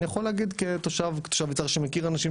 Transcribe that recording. אני יכול להגיד כתושב יצהר שמכיר אנשים